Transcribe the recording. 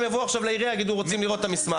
יבואו עכשיו לעירייה ויגידו שרוצים לראות את המסמך.